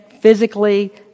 physically